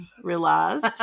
realized